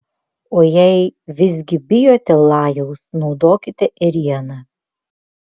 o jei visgi bijote lajaus naudokite ėrieną